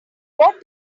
what